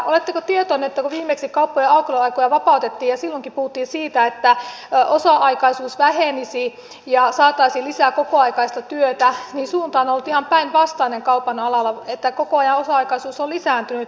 oletteko tietoinen että kun viimeksi kauppojen aukioloaikoja vapautettiin ja silloinkin puhuttiin siitä että osa aikaisuus vähenisi ja saataisiin lisää kokoaikaista työtä niin suunta on ollut ihan päinvastainen kaupan alalla koko ajan osa aikaisuus on lisääntynyt